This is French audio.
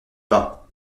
pas